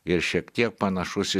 ir šiek tiek panašus į